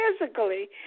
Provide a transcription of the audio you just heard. physically